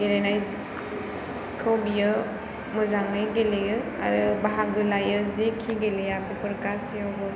गेलेनायखौ बियो मोजाङै गेलेयो आरो बाहागो लायो जायखि गेलेया बेफोर गासैयावबो